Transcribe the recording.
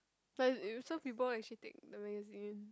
like you some people actually take the magazine